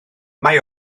mae